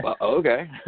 okay